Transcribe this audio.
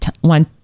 one